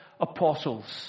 apostles